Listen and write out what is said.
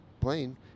plane